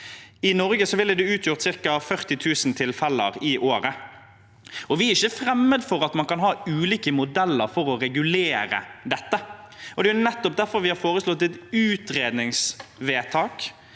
I Norge ville det utgjort ca. 40 000 tilfeller i året. Vi er ikke fremmede for at man kan ha ulike modeller for å regulere dette. Det er derfor vi har foreslått et utredningsvedtak